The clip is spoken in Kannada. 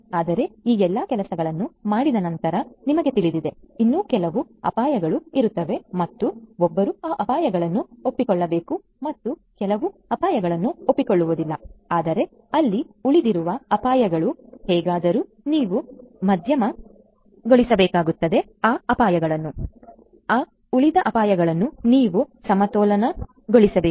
ಆದ್ದರಿಂದ ಈ ಎಲ್ಲಾ ಕೆಲಸಗಳನ್ನು ಮಾಡಿದ ನಂತರ ನಿಮಗೆ ತಿಳಿದಿದೆ ಇನ್ನೂ ಕೆಲವು ಅಪಾಯಗಳು ಇರುತ್ತವೆ ಮತ್ತು ಒಬ್ಬರು ಆ ಅಪಾಯಗಳನ್ನು ಒಪ್ಪಿಕೊಳ್ಳಬೇಕು ಮತ್ತು ಕೇವಲ ಅಪಾಯಗಳನ್ನು ಒಪ್ಪಿಕೊಳ್ಳುವುದಿಲ್ಲ ಆದರೆ ಅಲ್ಲಿ ಉಳಿದಿರುವ ಅಪಾಯಗಳು ಹೇಗಾದರೂ ನೀವು ಮಧ್ಯಮಗೊಳಿಸಬೇಕಾಗುತ್ತದೆ ಆ ಅಪಾಯಗಳು ಆ ಉಳಿದ ಅಪಾಯಗಳನ್ನು ನೀವು ಸಮತೋಲನಗೊಳಿಸಬೇಕು